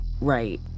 Right